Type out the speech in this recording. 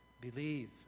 believe